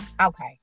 okay